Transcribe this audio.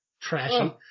Trashy